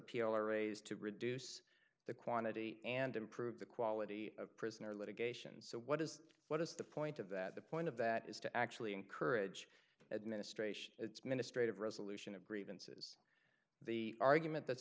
o raise to reduce the quantity and improve the quality of prisoner litigation so what is what is the point of that the point of that is to actually encourage the administration it's ministry of resolution of grievances the argument that's